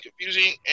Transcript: confusing